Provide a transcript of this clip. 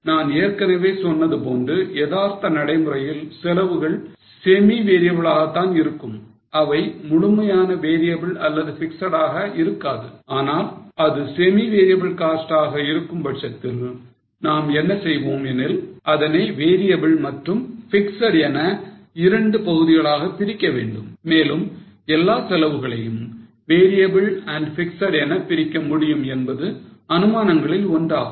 நான் ஏற்கனவே சொன்னது போன்று எதார்த்த நடைமுறையில் செலவுகள் semi variable ஆக தான் இருக்கும் அவை முழுமையான variable அல்லது fixed ஆக இருக்காது ஆனால் அது semi variable cost ஆக இருக்கும்பட்சத்தில் நாம் என்ன செய்வோம் எனில் அதனை variable மற்றும் fixed என இரண்டு பகுதிகளாக பிரிக்க வேண்டும் மேலும் எல்லா செலவுகளையும் variable and fixed என பிரிக்க முடியும் என்பது அனுமானங்களில் ஒன்று ஆகும்